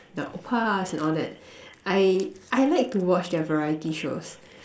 the oppas and all that I I like to watch their variety shows